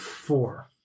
Four